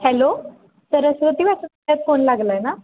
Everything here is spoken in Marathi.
हॅलो सरस्वती वाचनालयात फोन लागला आहे ना